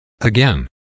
Again